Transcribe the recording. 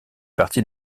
partie